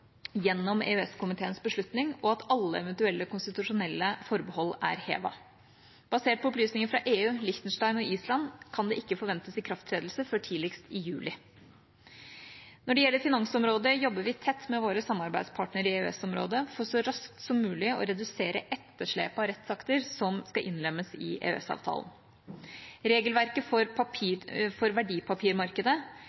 gjennom EØS-komiteens beslutning, og at alle eventuelle konstitusjonelle forbehold er hevet. Basert på opplysninger fra EU, Liechtenstein og Island kan det ikke forventes ikrafttredelse før tidligst i juli. Når det gjelder finansområdet, jobber vi tett med våre samarbeidspartnere i EØS-området for så raskt som mulig å redusere etterslepet av rettsakter som skal innlemmes i EØS-avtalen. Regelverket for